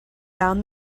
found